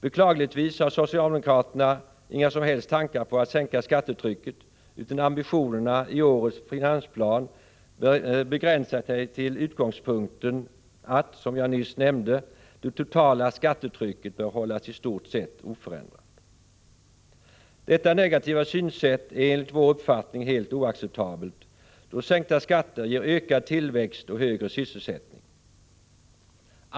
Beklagligtvis har socialdemokraterna inga som helst tankar på att sänka skattetrycket, utan ambitionerna i årets finansplan begränsar sig till utgångspunkten att, som jag nyss nämnde, ”det totala skattetrycket bör hållas i stort sett oförändrat”. Detta negativa synsätt är enligt vår uppfattning helt oacceptabelt, då sänkta skatter ger ökad tillväxt och högre sysselsättning.